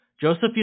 Joseph